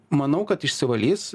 manau kad išsivalys